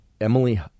Emily